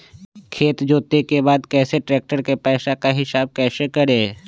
खेत जोते के बाद कैसे ट्रैक्टर के पैसा का हिसाब कैसे करें?